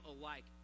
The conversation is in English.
alike